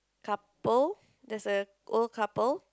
couple there's a old couple